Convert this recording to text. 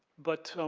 but,